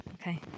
Okay